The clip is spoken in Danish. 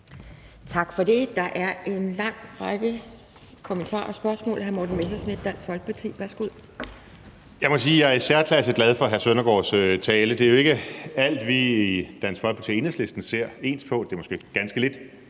Tak for det. Der er en lang række kommentarer og spørgsmål. Hr. Morten Messerschmidt, Dansk Folkeparti, værsgo. Kl. 11:16 Morten Messerschmidt (DF): Jeg må sige, at jeg er i særklasse glad for hr. Søren Søndergaards tale. Det er jo ikke alt, vi i Dansk Folkeparti og Enhedslisten ser ens på – det er måske ganske lidt